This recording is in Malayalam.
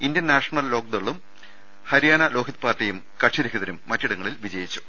ഇന്ത്യൻ നാഷണൽ ലോക് ദളും ഹരിയാന ലോഹിത് പാർട്ടിയും കക്ഷിരഹിതരും മറ്റിടങ്ങളിൽ വിജ യിച്ചു